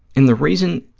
and the reason,